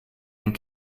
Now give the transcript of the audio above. and